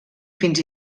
fins